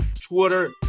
Twitter